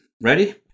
ready